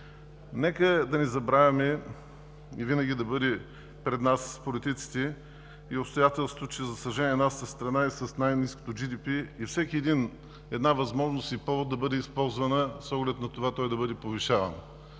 Нека да не забравяме и винаги да бъде пред нас, политиците, и обстоятелството, че, за съжаление, нашата страна е с най-ниското GDP и всяка една възможност и повод да бъде използвана, с оглед на това той да бъде повишаван.